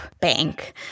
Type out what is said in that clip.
bank